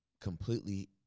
completely